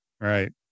right